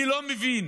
אני לא מבין